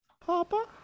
Papa